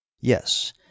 yes